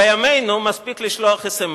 בימינו מספיק לשלוח אס.אם.אס.